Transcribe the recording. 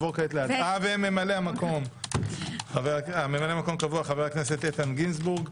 ממלא מקום קבוע חבר הכנסת איתן גינזבורג,